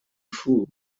fooled